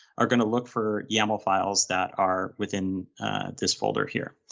are going to look for yaml files that are within this folder here,